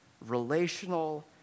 relational